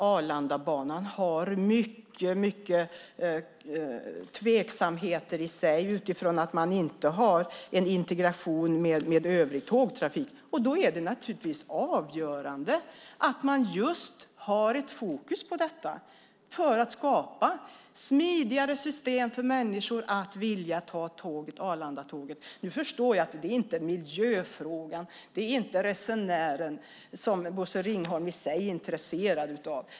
Arlandabanan har mycket tveksamheter i sig utifrån att man inte har en integration med övrig tågtrafik. Då är det naturligtvis avgörande att man just har fokus på detta för att skapa smidigare system så att människor vill ta Arlandatåget. Nu förstår jag att det inte är miljöfrågan eller resenären som Bosse Ringholm är intresserad av.